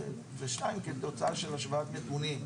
ושתיים כתוצאה של השוואת נתונים.